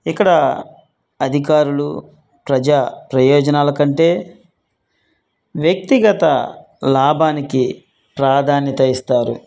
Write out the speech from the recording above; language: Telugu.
ఇక్కడ అధికారులు ప్రజా ప్రయోజనాల కంటే వ్యక్తిగత లాభానికి ప్రాధాన్యత ఇస్తారు